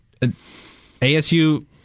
ASU